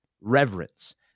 reverence